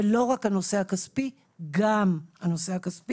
ולא רק הנושא הכספי, גם הנושא הכספי.